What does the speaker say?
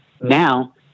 Now